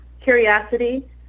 Curiosity